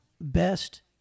best